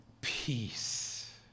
Peace